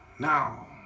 Now